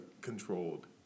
controlled